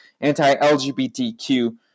Anti-LGBTQ